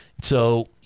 So-